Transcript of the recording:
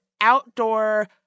outdoor